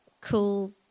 cool